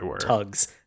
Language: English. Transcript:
tugs